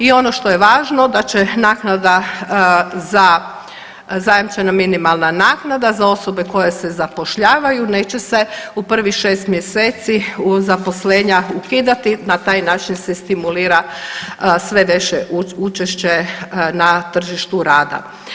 I ono što je važno da će zajamčena minimalna naknada za osobe koje se zapošljavaju neće se u prvih šest mjeseci zaposlenja ukidati, na taj način se stimulira sve veće učešće na tržištu rada.